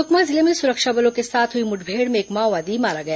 सुकमा जिले में सुरक्षा बलों के साथ हुई मुठभेड़ में एक माओवादी मारा गया